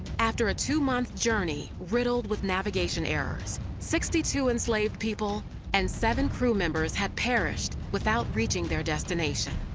after a two-month journey, riddled with navigation errors, sixty two enslaved people and seven crew members had perished without reaching their destination.